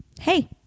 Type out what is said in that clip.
hey